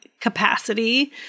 capacity